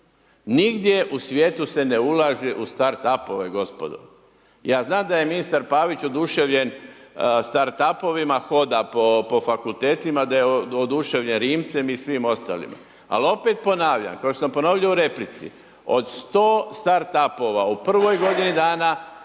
Nigdje u svijetu se ne ulaže u Start apove, gospodo. Ja znam da je ministar Pavić oduševljen Start apovima, hoda po fakultetima, da je oduševljen Rimcem i svim ostalima. Ali, opet ponavljam, kao što sam ponovio u replici, od 100 Start apova, u prvoj godini dana